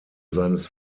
seines